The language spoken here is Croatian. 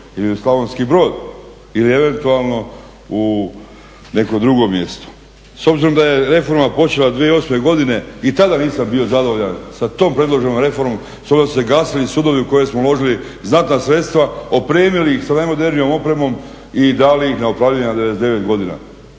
ili u Slavonski Brod ili eventualno u neko drugo mjesto. S obzirom da je reforma počela 2008. godine i tada nisam bio zadovoljan sa tom predloženom reformom, s obzirom da su se gasili sudovi u koje smo uložili znatna sredstva, opremili ih sa najmodernijom opremom i dali ih na upravljanje na 99 godina.